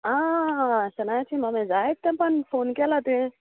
आ शानायाची मम्मी जाय तेंपान फोन केला तुयें